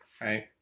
right